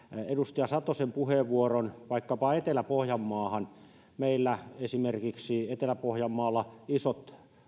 edustaja satosen puheenvuoron vaikkapa etelä pohjanmaahan niin meillä esimerkiksi etelä pohjanmaalla isot